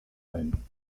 ein